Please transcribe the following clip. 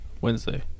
Wednesday